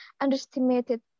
underestimated